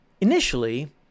Initially